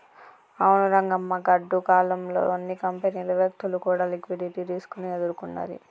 అవును రంగమ్మ గాడ్డు కాలం లో అన్ని కంపెనీలు వ్యక్తులు కూడా లిక్విడిటీ రిస్క్ ని ఎదుర్కొన్నది